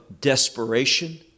desperation